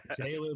Jalen